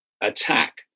attack